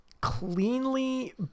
cleanly